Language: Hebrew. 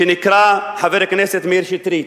חבר הכנסת מאיר שטרית,